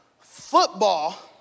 football